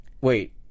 wait